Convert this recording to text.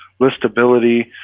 listability